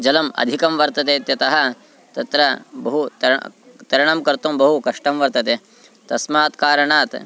जलम् अधिकं वर्तते इत्यतः तत्र बहु तरणं तरणं कर्तुं बहु कष्टं वर्तते तस्मात् कारणात्